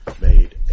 made